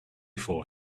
for